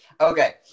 Okay